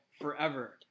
forever